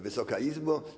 Wysoka Izbo!